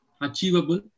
achievable